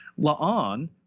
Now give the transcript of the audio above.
La'an